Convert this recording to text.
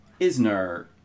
Isner